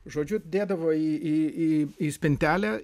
žodžiu dėdavo į į į į spintelę